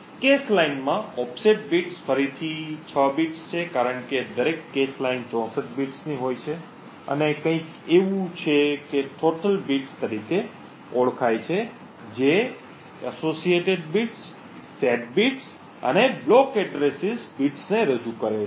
cache લાઇનમાં offset bits ફરીથી 6 bits છે કારણ કે દરેક cache લાઇન 64 બિટ્સની હોય છે અને કંઈક એવું કે જે total બિટ્સ તરીકે ઓળખાય છે જે સંબંધિત બિટ્સ સેટ બિટ્સ અને અવરોધિત સરનામાં બિટ્સને રજૂ કરે છે